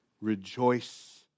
rejoice